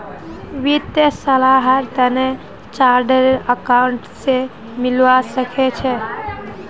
वित्तीय सलाहर तने चार्टर्ड अकाउंटेंट स मिलवा सखे छि